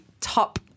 top